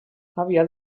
aviat